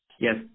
Yes